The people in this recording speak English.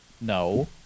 no